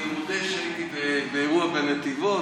אני מודה שהייתי באירוע בנתיבות,